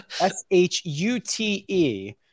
s-h-u-t-e